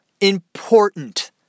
important